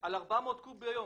על 400 קוב ביום.